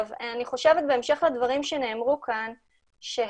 בהמשך לדברים שנאמרו כאן אני חושבת